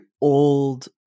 old